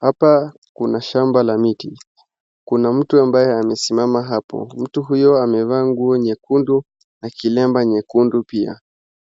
Hapa kuna shamba la miti, kuna mtu ambaye amesimama hapo. Mtu huyo amevaa nguo nyekundu na kilemba nyekundu pia.